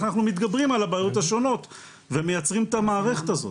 אנחנו מתגברים על הבעיות השונות ומייצרים את המערכת הזאת.